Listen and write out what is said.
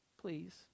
please